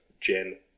Jen